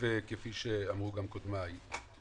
כפי שאמרו גם קודמיי,